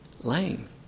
Lame